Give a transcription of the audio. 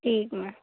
ਠੀਕ ਮੈਮ